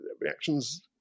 Reactions